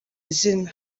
izina